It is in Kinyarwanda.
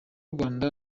rwanda